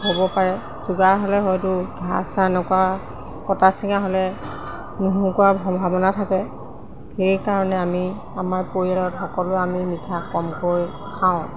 হ'ব পাৰে চুগাৰ হ'লে হয়তো ঘা চা এনেকুৱা কটা ছিঙা হ'লে নুশুকুৱাৰ সম্ভাৱনা থাকে সেইকাৰণে আমি আমাৰ পৰিয়ালত সকলোৱে আমি মিঠা কমকৈ খাওঁ